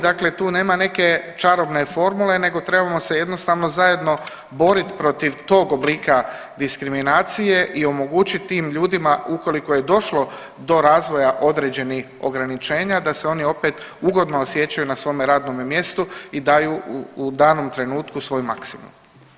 Dakle, tu nema neke čarobne formule nego trebamo se jednostavno zajedno boriti protiv tog oblika diskriminacije i omogućiti tim ljudima ukoliko je došlo do razvoja određenih ograničenja da se oni opet ugodno osjećaju na svome radnome mjestu i daju u danom trenutku svoj maksimum.